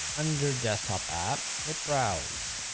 under desktop app, hit browse,